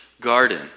garden